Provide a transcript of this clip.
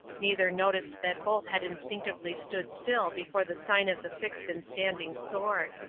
neither noticed that both had instinctively stood still before the sign of the fixed and standing sword.